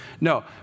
no